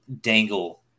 dangle